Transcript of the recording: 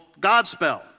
Godspell